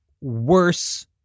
worse